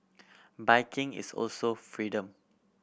biking is also freedom